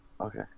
okay